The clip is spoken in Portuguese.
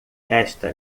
esta